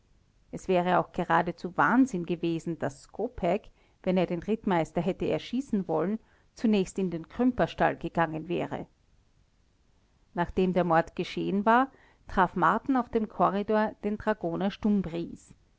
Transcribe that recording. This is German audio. es wäre auch geradezu wahnsinn gewesen daß skopeck wenn er den rittmeister hätte erschießen wollen zunächst in den krümperstall gegangen wäre nachdem der mord geschehen war traf marten auf dem korridor den dragoner stumbries